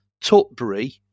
Tutbury